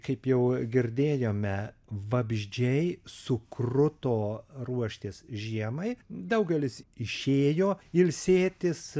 kaip jau girdėjome vabzdžiai sukruto ruoštis žiemai daugelis išėjo ilsėtis